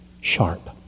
sharp